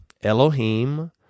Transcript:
Elohim